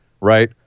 right